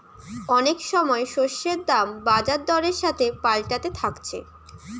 অনেক সময় শস্যের দাম বাজার দরের সাথে পাল্টাতে থাকছে